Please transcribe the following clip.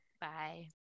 Bye